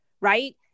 right